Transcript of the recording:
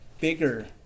bigger